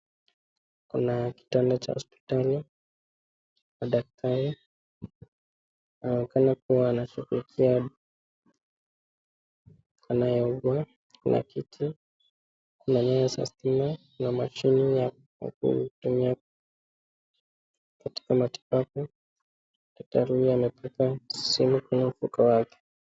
Kuna kitanda cha hospitali na daktari na inaonekana kuwa anashughulikia anayeugua, kuna kiti, kuna meza, stima, kuna mashini ya kutumua kutibu matibabu, daktari huyu amebeba simu kwa mfuko wake.